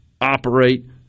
operate